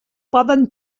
poden